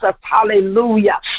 Hallelujah